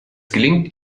gelingt